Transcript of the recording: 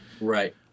Right